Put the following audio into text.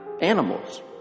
animals